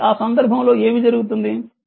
కాబట్టి ఆ సందర్భంలో ఏమి జరుగుతుంది